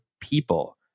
people